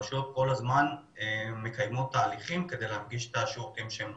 הרשויות כל הזמן מקיימות תהליך כדי להנגיש את השירותים שהן נותנות.